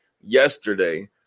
yesterday